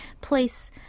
place